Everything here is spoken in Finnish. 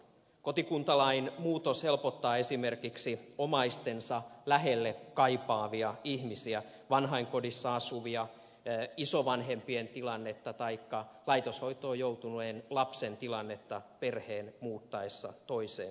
kotikuntalain muutos helpottaa esimerkiksi omaistensa lähelle kaipaavia ihmisiä vanhainkodissa asuvien isovanhempien tilannetta taikka laitoshoitoon joutuneen lapsen tilannetta perheen muuttaessa toiseen kuntaan